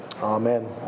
Amen